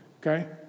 okay